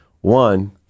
One